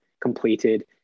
completed